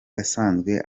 asanzwe